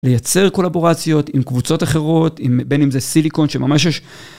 לייצר קולבורציות עם קבוצות אחרות, בין אם זה סיליקון שממש יש...